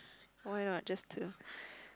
why not just to